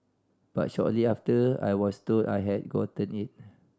but shortly after I was told I had gotten it